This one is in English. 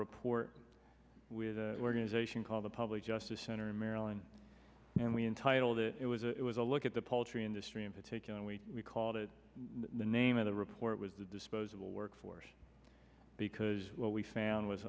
report with the organization called the public justice center in maryland and we entitled it was it was a look at the poultry industry in particular and we called it the name of the report was the disposable workforce because what we found w